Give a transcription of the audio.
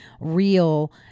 real